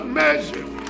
measure